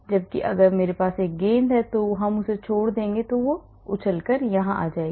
जबकि अगर मेरे पास एक गेंद है तो आप इसे छोड़ देंगे तो यह यहां आ जाएगी